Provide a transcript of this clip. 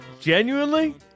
Genuinely